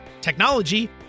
technology